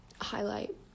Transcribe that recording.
highlight